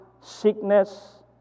sickness